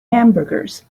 hamburgers